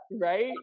Right